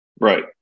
Right